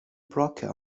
broker